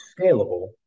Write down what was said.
scalable